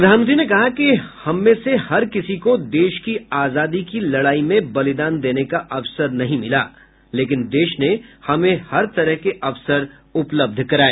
प्रधानमंत्री ने कहा कि हम में से हर किसी को देश की आजादी की लड़ाई में बलिदान देने का अवसर नहीं मिला लेकिन देश ने हमें हर तरह के अवसर उपलब्ध कराए